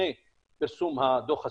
לפני פרסום הדוח הסופי,